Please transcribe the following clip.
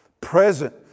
present